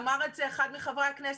אמר את זה אחד מחברי הכנסת.